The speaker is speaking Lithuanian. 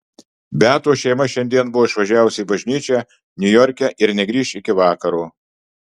beatos šeima šiandien buvo išvažiavusi į bažnyčią niujorke ir negrįš iki vakaro